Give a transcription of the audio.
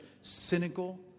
cynical